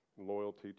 Loyalty